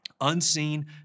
Unseen